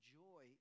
joy